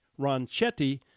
Ronchetti